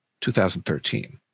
2013